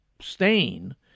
stain